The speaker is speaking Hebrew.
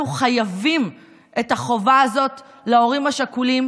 אנחנו חייבים את החובה הזאת להורים השכולים,